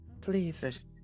Please